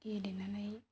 गेलेनानै